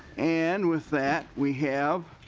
and with that we have